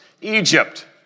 Egypt